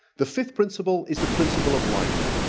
the fifth principle is the principle of liking.